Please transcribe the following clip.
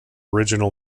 original